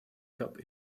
cup